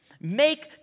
Make